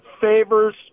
favors